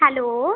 hello